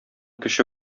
кече